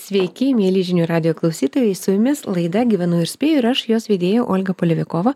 sveiki mieli žinių radijo klausytojai su jumis laida gyvenu ir spėju ir aš jos vedėja olga polevikova